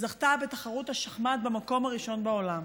זכתה בתחרות השחמט במקום הראשון בעולם